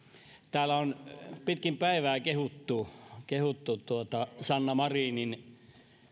täällä on pitkin päivää kehuttu kehuttu tuota sanna marinin